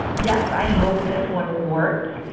yes, i hope this one works,